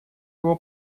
его